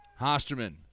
Hosterman